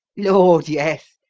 lord yes!